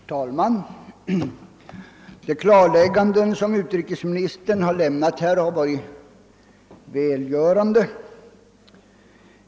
Herr talman! De klarlägganden som utrikesministern gjort har varit välgörande.